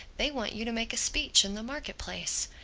they want you to make a speech in the marketplace.